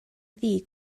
ddi